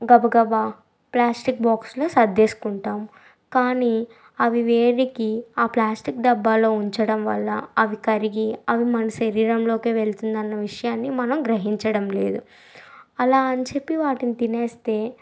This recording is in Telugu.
గబ గబా ప్లాస్టిక్ బాక్స్లో సర్దేసుకుంటాం కానీ అవి వేడికి ఆ ప్లాస్టిక్ డబ్బాలో ఉంచడం వల్ల అవి కరిగి అవి మన శరీరంలోకి వెళ్తుంది అన్న విషయాన్ని మనం గ్రహించడం లేదు అలా అని చెప్పి వాటిని తినేస్తే